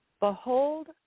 Behold